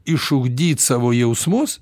išugdyt savo jausmus